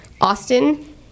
Austin